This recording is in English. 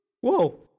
whoa